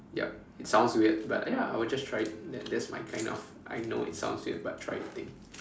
yup it sounds weird but ya I will just try it that that's my kind of I know it sounds weird but try it thing